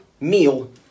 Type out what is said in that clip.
meal